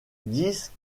disent